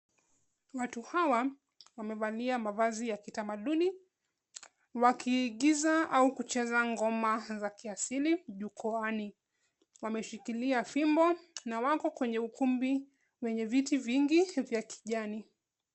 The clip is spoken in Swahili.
Watu hawa wamevalia mavazi ya kitamaduni wakiigiza au kucheza ngoma za kiasili jukwaani. Wameshikilia fimbo na wako kwenye ukumbi wenye viti vingi vya kijani.